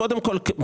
קודם כל,